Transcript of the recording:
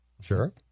Sure